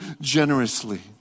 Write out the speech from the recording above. generously